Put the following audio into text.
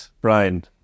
Brian